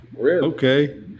Okay